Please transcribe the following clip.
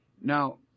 Now